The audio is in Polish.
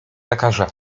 lekarza